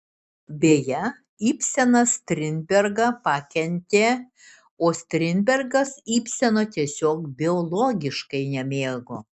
beje ibsenas strindbergą pakentė o strindbergas ibseno tiesiog biologiškai nemėgo